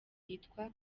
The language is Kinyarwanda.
yitwa